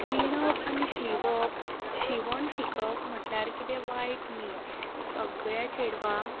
विणप आनी शिंवप शिंवण शिकप म्हटल्यार कितें वायट न्ही सगळ्या चेडवांक